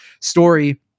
story